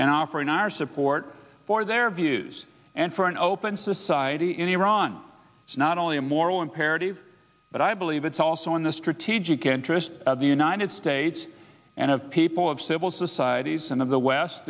and offering our support for their views and for an open society in iran it's not only a moral imperative but i believe it's also in the strategic interest of the united states and of people of civil societies and of the west